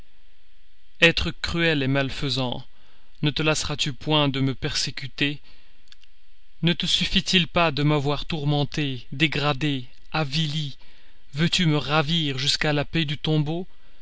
être cruel malfaisant ne te lasseras tu point de me persécuter ne te suffit-il pas de m'avoir tourmentée dégradée avilie veux-tu me ravir jusqu'à la paix du tombeau